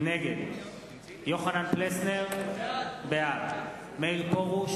נגד יוחנן פלסנר, בעד מאיר פרוש,